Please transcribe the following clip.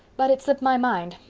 but it slipped my mind.